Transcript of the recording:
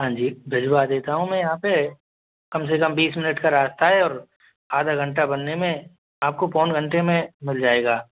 हाँ जी भिजवा देता हूँ मैं यहाँ पर कम से कम बीस मिनट का रास्ता है और आधा घंटा बनने में आपको पौन घंटे में मिल जाएगा